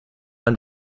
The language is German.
ein